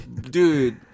Dude